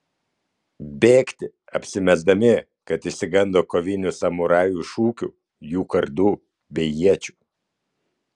bėgti apsimesdami kad išsigando kovinių samurajų šūkių jų kardų bei iečių